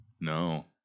No